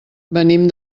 venim